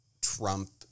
Trump